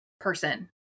person